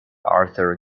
arthur